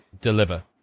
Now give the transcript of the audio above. deliver